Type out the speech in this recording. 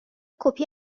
کپی